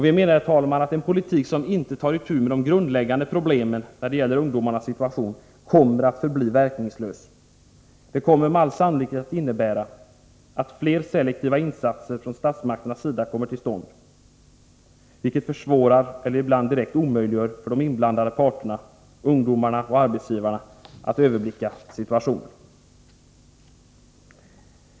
Vi menar, herr talman, att en politik som inte tar itu med de grundläggande problemen vad gäller ungdomarnas situation kommer att förbli verkningslös. Det kommer med all sannolikhet att innebära att fler selektiva insatser från statsmakternas sida kommer till stånd, vilket försvårar och ibland direkt omöjliggör för de inblandade parterna — ungdomarna och arbetsgivarna — att överblicka situationen.